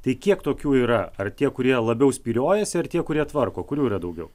tai kiek tokių yra ar tie kurie labiau spyriojasi ar tie kurie tvarko kurių yra daugiau